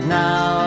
now